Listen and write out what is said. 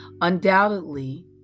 Undoubtedly